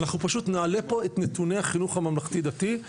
אנחנו פשוט נעלה פה את נתוני החינוך הממלכתי דתי,